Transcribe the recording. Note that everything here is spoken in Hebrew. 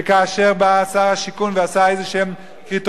וכאשר בא שר השיכון ועשה קריטריונים